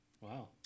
Wow